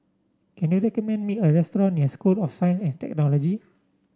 can you recommend me a restaurant near School of Science at Technology